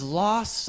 lost